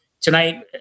tonight